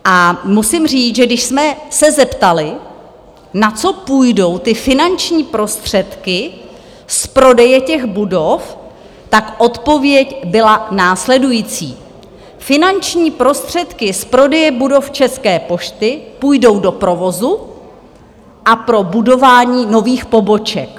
A musím říct, že když jsme se zeptali, na co půjdou ty finanční prostředky z prodeje těch budov, tak odpověď byla následující: Finanční prostředky z prodeje budov České pošty půjdou do provozu a pro budování nových poboček.